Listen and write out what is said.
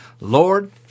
Lord